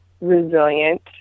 resilient